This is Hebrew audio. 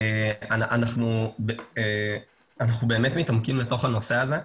אנחנו באמת מתעמקים לתוך הנושא הזה.